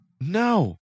No